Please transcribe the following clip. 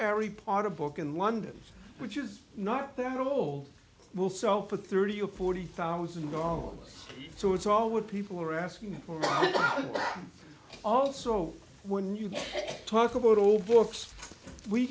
harry potter book in london which is not that old will sell for thirty or forty thousand dollars so it's all what people are asking for my also when you talk about old books we